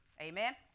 amen